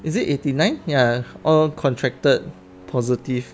is it eighty nine ya all contracted positive